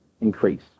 increase